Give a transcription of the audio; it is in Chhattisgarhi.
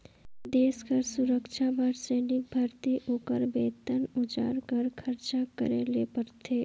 देस कर सुरक्छा बर सैनिक भरती, ओकर बेतन, अउजार कर खरचा करे ले परथे